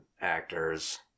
actors